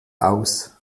aus